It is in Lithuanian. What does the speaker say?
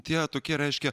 tie tokie reiškia